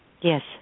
Yes